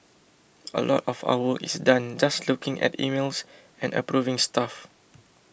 a lot of our work is done just looking at emails and approving stuff